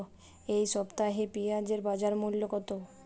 এ সপ্তাহে পেঁয়াজের বাজার মূল্য কত?